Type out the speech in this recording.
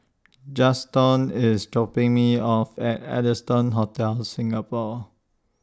Juston IS dropping Me off At Allson Hotel Singapore